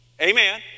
Amen